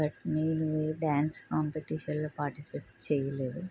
but నేను ఏ dance కాంపిటీషన్లో పార్టిసిపేట్ చేయలేదు